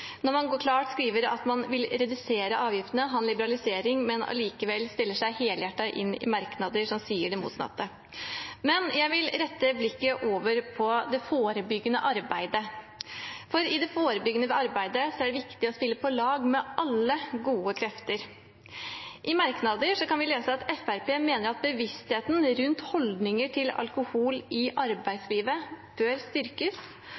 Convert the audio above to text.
når man klart skriver at man vil redusere avgiftene og ha en liberalisering, men allikevel står helhjertet inne i merknader som sier det motsatte. Men jeg vil rette blikket mot det forebyggende arbeidet. I det forebyggende arbeidet er det viktig å spille på lag med alle gode krefter. I merknadene kan vi lese at Fremskrittspartiet mener at bevisstheten rundt holdninger til alkohol i arbeidslivet bør styrkes,